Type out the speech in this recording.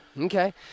Okay